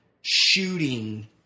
shooting